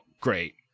great